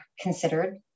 considered